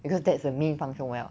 because that's the main function 我要